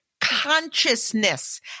consciousness